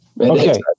okay